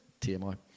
TMI